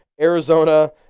Arizona